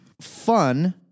fun